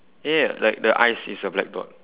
ya like the eyes is a black dot